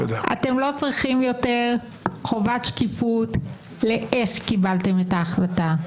אתם לא צריכים יותר חובת שקיפות לאיך קיבלתם את ההחלטה.